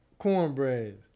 cornbread